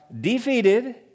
defeated